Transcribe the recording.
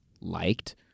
liked